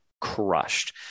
crushed